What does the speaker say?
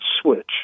switch